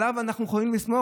עליו אנחנו יכולים לסמוך?